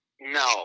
No